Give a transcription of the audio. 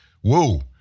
whoa